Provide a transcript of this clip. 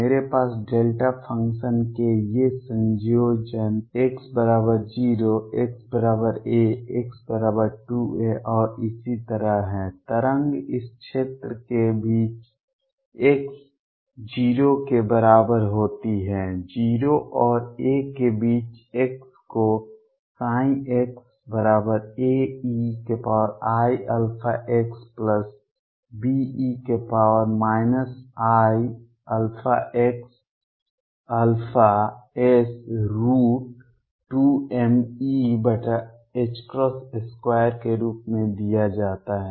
मेरे पास delta function के ये संयोजन x 0 x a x 2 a और इसी तरह हैं तरंग इस क्षेत्र के बीच x o के बराबर होती है 0 और a के बीच x को xAeiαxBe iαx α s2mE2 के रूप में दिया जाता है